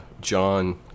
John